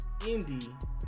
indie